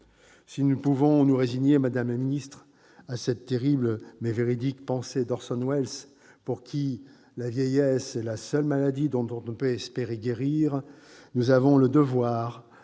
Si nous ne pouvons que nous résigner, madame la ministre, à cette terrible mais véridique pensée d'Orson Welles, pour qui la vieillesse est la seule maladie dont on ne peut espérer guérir, nous avons le devoir de nous